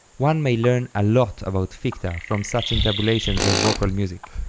one may learn a lot about ficta from such intabulations of vocal music,